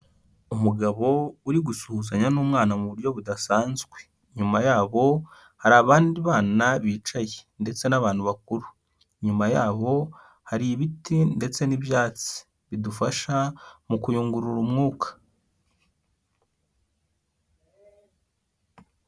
Umugabo uri gusuhuzanya n'umwana mu buryo budasanzwe. Inyuma yabo, hari abandi bana bicaye ndetse n'abantu bakuru. Inyuma yaho, hari ibiti ndetse n'ibyatsi, bidufasha mu kuyungurura umwuka.